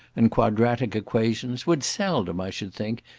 and quadratic equations, would seldom, i should think,